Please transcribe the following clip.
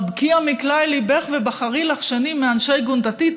חבקי המקלע אל ליבך / ובחרי לך שני מאנשי גֻנדָּתי,